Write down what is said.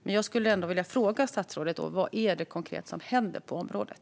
Men jag skulle ändå vilja fråga statsrådet vad som konkret händer på området.